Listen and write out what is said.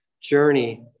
journey